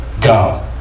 Go